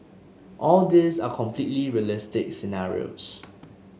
all these are completely realistic scenarios